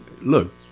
look